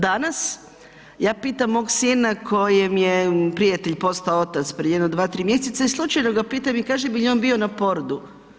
Danas, ja pitam mog sina kojem je prijatelj postao otac prije jedno 2-3 mjeseca i slučajno ga pitam i kažem jel on bio na porodu?